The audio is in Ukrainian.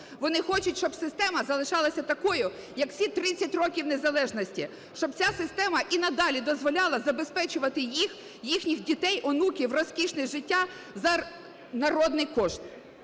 Вони хочуть, щоб система залишалася такою, як всі 30 років незалежності, щоб ця система і надалі дозволяла забезпечувати їх, їхніх дітей, онуків, розкішне життя за народний кошт.